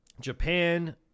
Japan